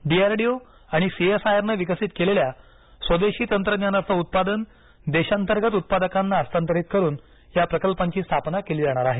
D R D O आणि C S I R नं विकसित केलेल्या स्वदेशी तंत्रज्ञानाचे उत्पादन देशांतर्गत उत्पादकांना हस्तांतरित करून या प्रकल्पांची स्थापना केली जाणार आहे